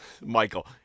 Michael